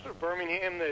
Birmingham